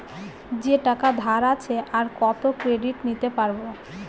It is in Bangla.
যে টাকা ধার আছে, আর কত ক্রেডিট নিতে পারবো?